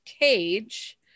cage